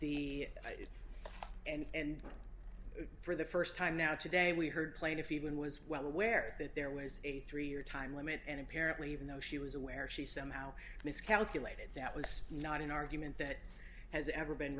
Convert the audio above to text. it and for the first time now today we heard plaintiff even was well aware that there was a three year time limit and apparently even though she was aware she somehow miscalculated that was not an argument that has ever been